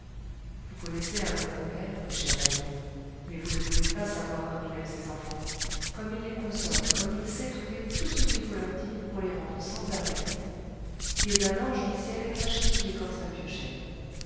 vous connaissez un peu mon père mes chers amis mais vous ne pouvez pas savoir comme il aime ses enfants comme il les console comme il sait trouver tout ce qu'il faut leur dire pour les rendre semblables a lui qui est un ange du ciel caché sous l'écorce d'un vieux chêne